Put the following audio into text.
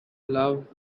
love